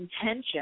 intention